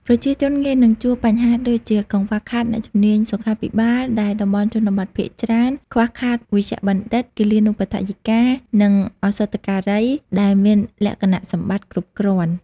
ប្រជាជនងាយនឹងជួបបញ្ហាដូចជាកង្វះខាតអ្នកជំនាញសុខាភិបាល ដែលតំបន់ជនបទភាគច្រើនខ្វះខាតវេជ្ជបណ្ឌិត គិលានុបដ្ឋាយិកា និងឱសថការីដែលមានលក្ខណៈសម្បត្តិគ្រប់គ្រាន់។